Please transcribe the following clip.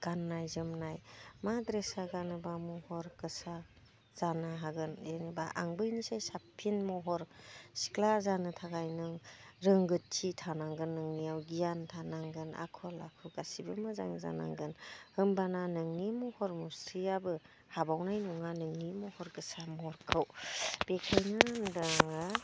गाननाय जोमनाय मा ड्रेसा गानोब्ला महर गोसा जानो हागोन जेनोबा आं बैनिसाय साबसिन महर सिख्ला जानो थाखाय नों रोंगोथि थानांगोन नोंनियाव गियान थानांगोन आखल आखु गासिबो मोजां जानांगोन होमब्लाना नोंनि महर मुस्रियाबो हाबावनाय नङा नोंनि महर गोसा महरखौ बेखायनो होनदों आङो